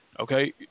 Okay